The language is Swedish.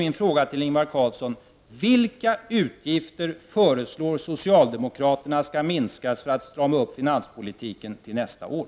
Min fråga till Ingvar Carlsson är då vilka utgifter statsministern föreslår skall minskas för att man skall strama upp finanspolitiken till nästa år.